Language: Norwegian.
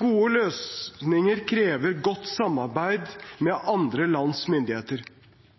Gode løsninger krever godt samarbeid med andre lands myndigheter.